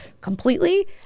completely